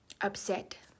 upset